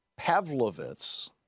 Pavlovitz